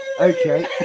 okay